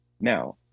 Now